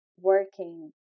working